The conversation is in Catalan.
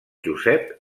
josep